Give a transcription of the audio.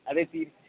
अरे फ़ी